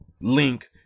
link